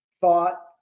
thought